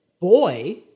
Boy